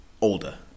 Older